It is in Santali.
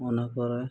ᱚᱱᱟ ᱠᱚᱨᱮ